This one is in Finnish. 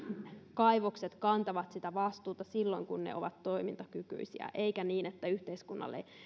kaivokset kantavat sitä vastuuta silloin kun ne ovat toimintakykyisiä eikä niin että yhteiskunnalle